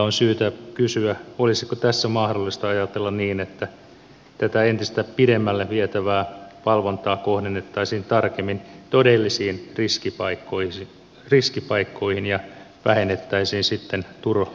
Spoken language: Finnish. on syytä kysyä olisiko tässä mahdollista ajatella niin että tätä entistä pidemmälle vietävää valvontaa kohdennettaisiin tarkemmin todellisiin riskipaikkoihin ja vähennettäisiin sitten turhaa valvontaa